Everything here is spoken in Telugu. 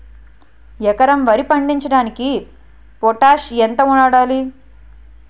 ఎకరం వరి పండించటానికి పొటాష్ ఎంత వాడాలి?